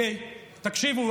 תקשיבו.